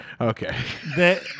Okay